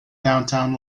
downtown